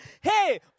Hey